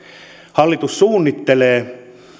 hallitus suunnittelee